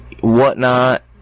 whatnot